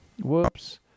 Whoops